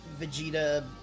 Vegeta